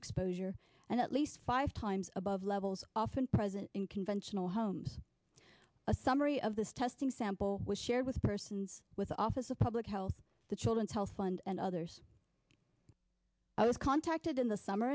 exposure and at least five times above levels often present in conventional homes a summary of this testing sample was shared with persons with the office of public health the children's health fund and others i was contacted in the summer